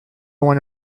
want